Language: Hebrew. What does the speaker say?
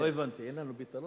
לא הבנתי, אין לנו פתרון?